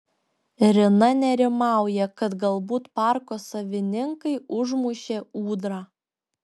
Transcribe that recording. rina nerimauja kad galbūt parko savininkai užmušė ūdrą